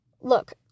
look